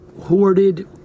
hoarded